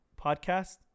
podcast